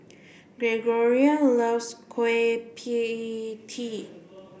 Gregoria loves Kueh Pie Tee